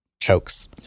chokes